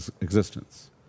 existence